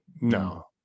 no